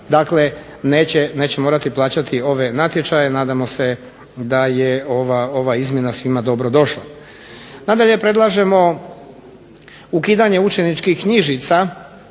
dakle neće morati plaćati ove natječaje. Nadamo se da je ova izmjena svima dobro došla. Nadalje predlažemo ukidanje učeničkih knjižica